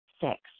Six